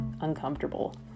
uncomfortable